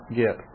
get